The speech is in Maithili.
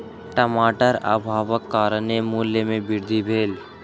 टमाटर अभावक कारणेँ मूल्य में वृद्धि भेल